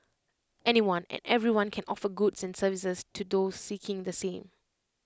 anyone and everyone can offer goods and services to those seeking the same